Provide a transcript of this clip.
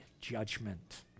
judgment